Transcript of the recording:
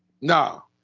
No